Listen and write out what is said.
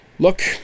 Look